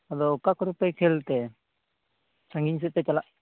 ᱟᱫᱚ ᱚᱠᱟ ᱠᱚᱨᱮᱯᱮ ᱠᱷᱮᱹᱞ ᱛᱮ ᱥᱟᱺᱜᱤᱧ ᱥᱮᱫᱯᱮ ᱪᱟᱞᱟᱜ